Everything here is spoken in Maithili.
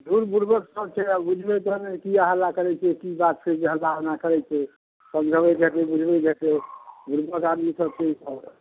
धुर बुड़बक सभ छै आब बुझबै तहने ने किए हल्ला करै छै की बात छै जे हल्लाँ एना करै छै इहो जेतै बुड़बक आदमी सभ छै ई सभ